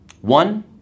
One